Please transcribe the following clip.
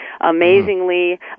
Amazingly